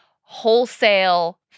wholesale